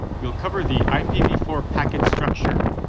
we'll cover the i p v four packet structure,